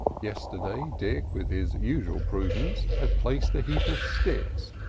yesterday, dick, with his usual prudence, had placed a heap of sticks,